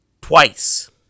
twice